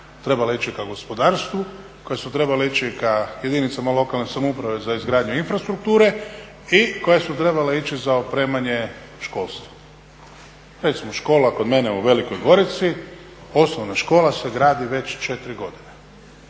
trebala ići ka gospodarstvu, koja su trebala ići ka jedinicama lokalne samouprave za izgradnju infrastrukture i koja su trebala ići za otpremanje školstva. Recimo škola kod mene u Velikoj Gorici, osnovna škola se gradi već 4 godine.